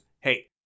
hey